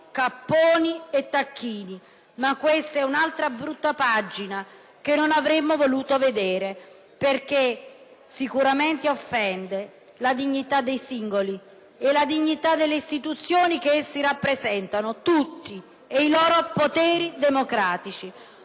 capponi e tacchini. Ma questa è un'altra brutta pagina che non avremmo voluto vedere perché offende la dignità dei singoli e quella delle istituzioni che essi rappresentano, tutti, e i loro poteri democratici.